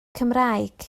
cymraeg